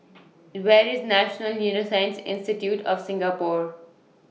Where IS National Neuroscience Institute of Singapore